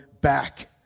back